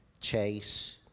Chase